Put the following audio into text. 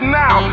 now